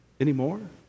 anymore